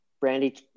Brandy